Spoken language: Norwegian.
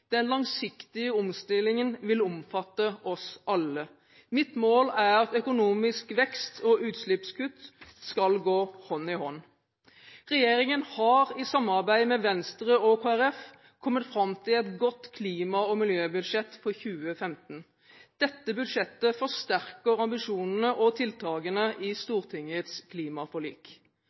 Den langsiktige omstillingen vil omfatte oss alle. Mitt mål er at økonomisk vekst og utslippskutt skal gå hånd i hånd. Regjeringen har i samarbeid med Venstre og Kristelig Folkeparti kommet fram til et godt klima- og miljøbudsjett for 2015. Dette budsjettet forsterker ambisjonene og tiltakene i Stortingets klimaforlik.